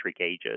ages